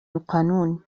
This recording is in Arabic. القانون